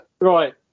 right